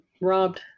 robbed